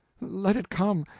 let it come,